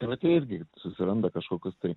vat jie irgi susiranda kažkokius tai